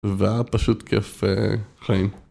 והיה פשוט כיף חיים.